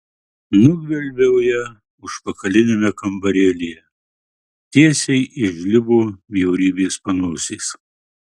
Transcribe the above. nugvelbiau ją užpakaliniame kambarėlyje tiesiai iš žlibo bjaurybės panosės